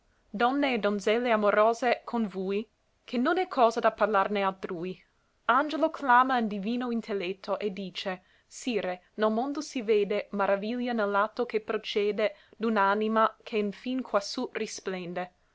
donne e donzelle amorose con vui ché non è cosa da parlarne altrui angelo clama in divino intelletto e dice sire nel mondo si vede maraviglia ne l'atto che procede d'un'anima che nfin quassù risplende